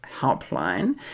helpline